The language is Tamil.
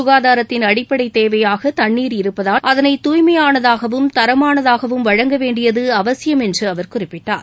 க்காதாரத்தின் அடிப்படை தேவையாக தண்ணீர் இருப்பதால் அதனை துய்மையானதாகவும் தரமானதாகவும் வழங்க வேண்டியது அவசியம் என்று அவர் குறிப்பிட்டார்